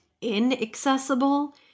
inaccessible